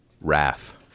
wrath